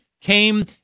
came